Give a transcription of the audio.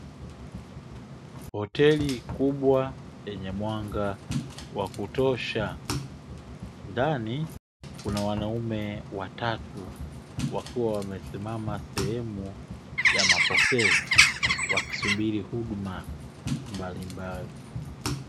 Hoteli kubwa yenye mwanga wakutosha ndani kuna wanaume watatu wakiwa wamesimama sehemu ya mapokezi wakisubiri huduma mbalimbali.